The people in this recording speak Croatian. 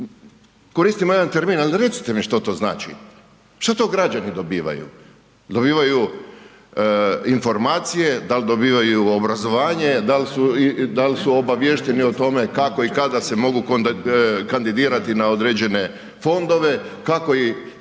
Koristimo jedan termin ali recite mi što to znači, što to građani dobivaju? Dobivaju informacije, dal dobivaju obrazovanje, dal su obaviješteni o tome kako i kako se mogu kandidirati na određene fondove, kako i